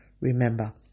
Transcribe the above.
Remember